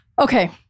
Okay